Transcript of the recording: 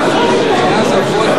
בישיבה.